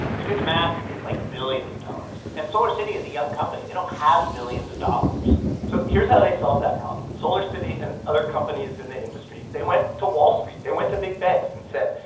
you do the math, it's like billions of dollars. and solarcity is a young company. they don't have billions of dollars so here's how they solved that problem. solarcity and other companies in the industry, they went to wall street, they went to big banks and said.